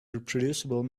reproducible